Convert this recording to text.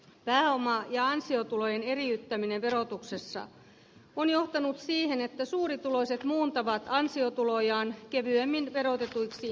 pääoma ja ansiotulojen eriyttäminen verotuksessa on johtanut siihen että suurituloiset muuntavat ansiotulojaan kevyemmin verotetuiksi pääomatuloiksi